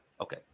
Okay